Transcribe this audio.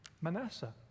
Manasseh